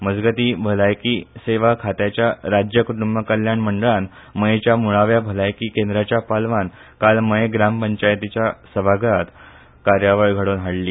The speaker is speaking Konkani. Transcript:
मजगतीं भलायकी सेवा खात्याच्या राज्य कुट्रंब कल्याण मंडळान मयेंच्या मुळाव्या भलायकी केंद्राच्या पालवान आयज मयें ग्रामपंचायत सभाघरांत कार्यावळ घडोवन हाडली